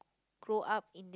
grow up in